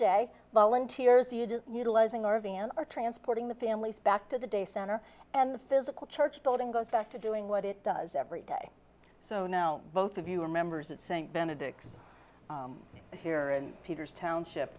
day volunteers are utilizing our van or transporting the families back to the day center and the physical church building goes back to doing what it does every day so now both of you remembers it saying benedix here in peter's township